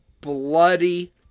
bloody